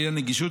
לעניין נגישות,